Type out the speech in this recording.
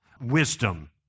wisdom